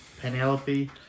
Penelope